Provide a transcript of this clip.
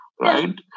right